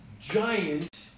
giant